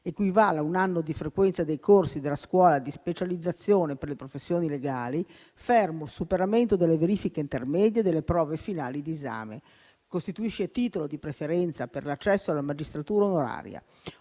equivalga a un anno di frequenza dei corsi della scuola di specializzazione per le professioni legali, fermo il superamento delle verifiche intermedie delle prove finali di esame, e costituisca titolo di preferenza per l'accesso alla magistratura onoraria.